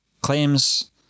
claims